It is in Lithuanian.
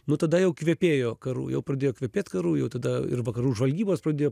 nu tada jau kvepėjo karu jau pradėjo kvepėt karu jau tada ir vakarų žvalgybos pradėjo